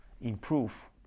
improve